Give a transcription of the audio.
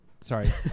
Sorry